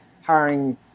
hiring